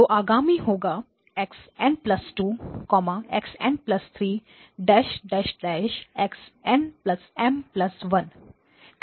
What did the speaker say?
तो आगामी होगा x n2 x n3x n M 1